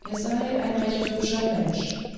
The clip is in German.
er sei ein recht hübscher mensch